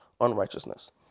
unrighteousness